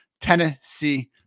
Tennessee